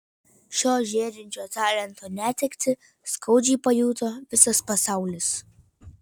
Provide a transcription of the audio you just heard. šio žėrinčio talento netektį skaudžiai pajuto visas pasaulis